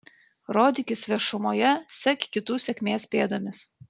rodykis viešumoje sek kitų sėkmės pėdomis